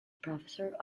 professor